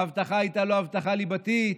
ההבטחה לא הייתה הבטחה ליבתית.